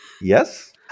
yes